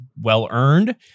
well-earned